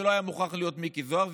זה לא היה מוכרח להיות מיקי זוהר,